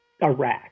Iraq